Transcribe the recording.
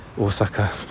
Osaka